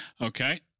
Okay